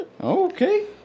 Okay